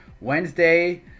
Wednesday